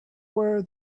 were